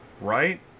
right